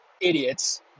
idiots